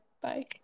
Bye